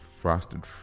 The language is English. Frosted